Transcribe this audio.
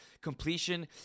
completion